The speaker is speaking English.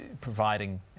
providing